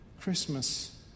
Christmas